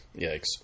Yikes